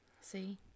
See